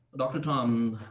dr. tom.